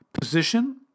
position